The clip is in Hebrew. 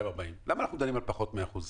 למה אנחנו דנים על פחות מאחוז?